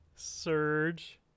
surge